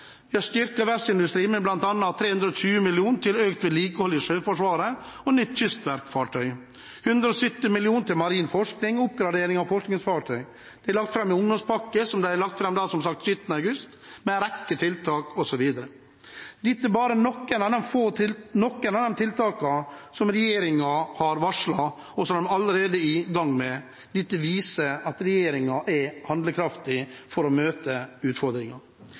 Vi har styrket verftsindustrien med bl.a. 320 mill. kr til økt vedlikehold i Sjøforsvaret og nytt kystverkfartøy, 170 mill. kr til marin forskning og oppgradering av forskningsfartøy. Vi har lagt fram en ungdomspakke, som sagt – den ble lagt fram 17. august – med en rekke tiltak. Dette er bare noen av de tiltakene som regjeringen har varslet, og som man allerede er i gang med. Dette viser at regjeringen er handlekraftig når det gjelder å møte utfordringene.